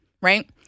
right